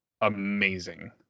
amazing